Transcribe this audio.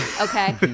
Okay